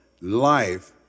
life